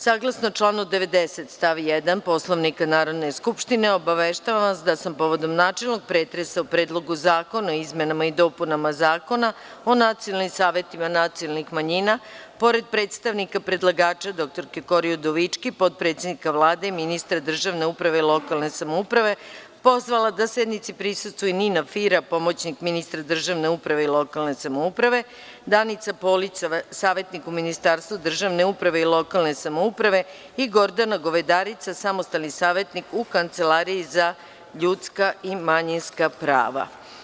Saglasno članu 90. stav 1. Poslovnika Narodne skupštine, obaveštavam vas da sam povodom načelnog pretresa o Predlogu zakona o izmenama i dopunama Zakona o nacionalnim savetima nacionalnih manjina pored predstavnika predlagača dr Kori Udovički, potpredsednika Vlade i ministra državne uprave i lokalne samouprave, pozvala da sednici prisustvuju i Nina Fira, pomoćnik ministra državne uprave i lokalne samouprave, Danica Polić, savetnik u Ministarstvu državne uprave o lokalne samouprave i Gordana Govedarica, samostalni savetnik u Kancelariji za ljudska i manjinska prava.